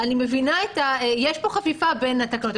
אני מבינה שיש פה חפיפה בין התקנות.